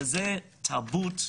שזה תרבות,